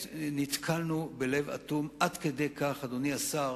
ונתקלנו בלב אטום, עד כדי כך, אדוני השר,